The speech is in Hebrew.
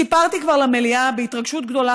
סיפרתי כבר למליאה בהתרגשות גדולה,